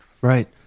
right